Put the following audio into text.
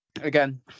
again